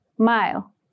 Mile